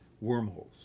wormholes